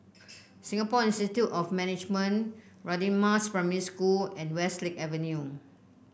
Singapore Institute of Management Radin Mas Primary School and Westlake Avenue